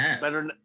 better